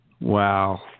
Wow